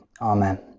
Amen